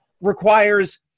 requires